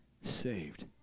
saved